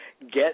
get